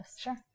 Sure